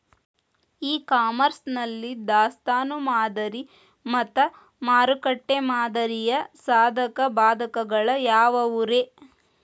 E commerce ನಲ್ಲಿ ದಾಸ್ತಾನು ಮಾದರಿ ಮತ್ತ ಮಾರುಕಟ್ಟೆ ಮಾದರಿಯ ಸಾಧಕ ಬಾಧಕಗಳ ಯಾವವುರೇ?